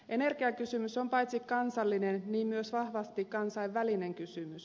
energiakysymys on paitsi kansallinen myös vahvasti kansainvälinen kysymys